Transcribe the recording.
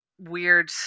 weird